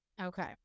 Okay